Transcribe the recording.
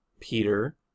Peter